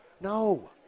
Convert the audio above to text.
no